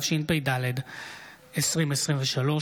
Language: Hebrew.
התשפ"ד 2023,